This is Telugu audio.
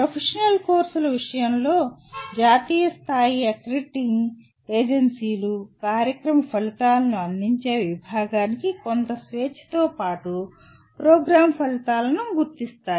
ప్రొఫెషనల్ కోర్సుల విషయంలో జాతీయ స్థాయి అక్రిడిటింగ్ ఏజెన్సీలు కార్యక్రమ ఫలితాలను అందించే విభాగానికి కొంత స్వేచ్ఛతో ప్రోగ్రామ్ ఫలితాలను గుర్తిస్తాయి